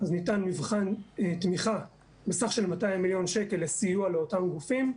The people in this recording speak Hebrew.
אז ניתן מבחן תמיכה בסך של 200 מיליון שקל לסיוע לאותם גופים.